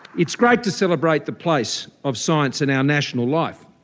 it's great to celebrate the place of science in our national life.